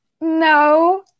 no